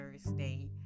thursday